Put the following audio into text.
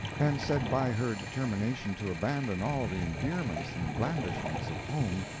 and said by her determination to abandon all the endearments and blandishments of home,